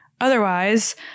Otherwise